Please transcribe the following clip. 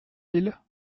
ils